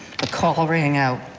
a call rang out.